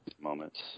moments